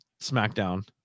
SmackDown